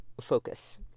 focus